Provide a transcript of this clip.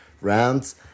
rounds